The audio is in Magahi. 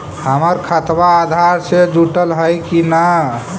हमर खतबा अधार से जुटल हई कि न?